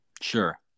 Sure